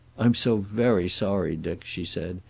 i'm so very sorry, dick, she said.